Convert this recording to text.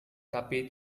tapi